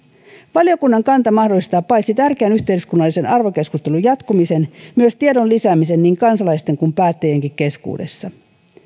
valiokunnan kanta mahdollistaa paitsi tärkeän yhteiskunnallisen arvokeskustelun jatkumisen myös tiedon lisäämisen niin kansalaisten kuin päättäjienkin keskuudessa